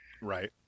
right